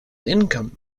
income